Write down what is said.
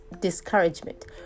discouragement